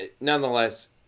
nonetheless